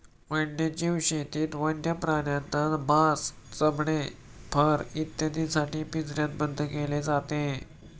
वन्यजीव शेतीत वन्य प्राण्यांना मांस, चामडे, फर इत्यादींसाठी पिंजऱ्यात बंद केले जाते